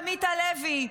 עמית הלוי,